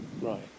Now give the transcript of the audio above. Right